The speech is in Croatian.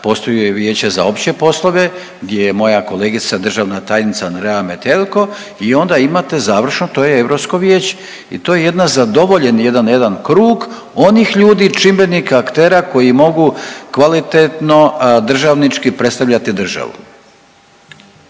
postoje Vijeće za opće poslove, gdje je moja kolegica, državna tajnica Andreja Metelko i onda imate završno, to je Europsko vijeće i to je jedna zadovoljen jedan krug onih ljudi i čimbenika, aktera koji mogu kvalitetno državnički predstavljati državu.